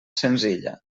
senzilla